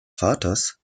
vaters